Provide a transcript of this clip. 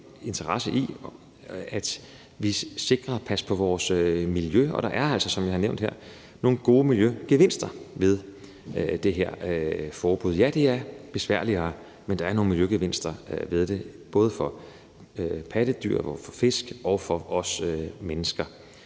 interesse i, at vi sikrer, at vi passer på vores miljø. Og der er altså, som jeg har nævnt, nogle gode miljøgevinster ved det her forbud. Ja, det er besværligt, men der er nogle miljøgevinster ved det, både for pattedyr, for fisk og for os mennesker.